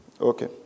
Okay